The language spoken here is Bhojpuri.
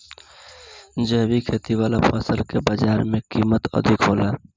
जैविक खेती वाला फसल के बाजार कीमत अधिक होला